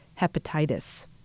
hepatitis